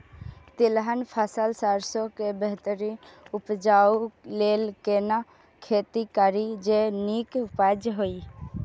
तिलहन फसल सरसों के बेहतरीन उपजाऊ लेल केना खेती करी जे नीक उपज हिय?